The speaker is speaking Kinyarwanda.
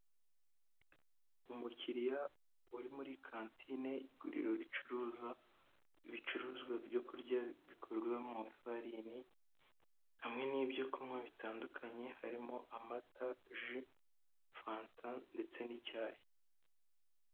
Umukiriya uri muri kantine y'iguriro ricuruza ibicuruzwa byo kurya bikorwa mu ifarini hamwe n'ibyo kunywa bitandukanye harimo amata, ji, fanta ndetse n'icyayi.